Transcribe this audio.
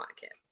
kids